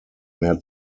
mehr